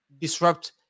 disrupt